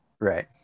Right